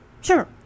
Sure